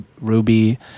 Ruby